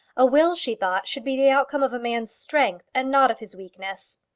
a will, she thought, should be the outcome of a man's strength, and not of his weakness.